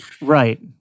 Right